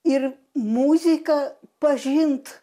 ir muziką pažint